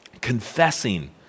confessing